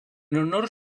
honor